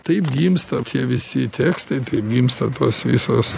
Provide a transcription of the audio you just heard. taip gimsta tie visi tekstai taip gimsta tos visos